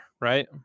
right